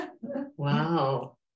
Wow